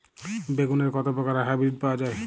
বেগুনের কত প্রকারের হাইব্রীড পাওয়া যায়?